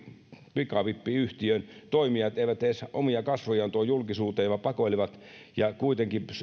pikavippiyhtiön toimijat eivät edes omia kasvojaan tuo julkisuuteen vaan pakoilevat kuitenkin